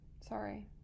sorry